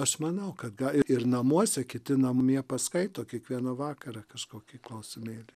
aš manau kad ga ir namuose kiti namie paskaito kiekvieną vakarą kažkokį klausimėlį